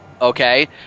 Okay